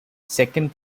second